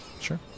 Sure